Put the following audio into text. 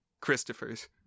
Christophers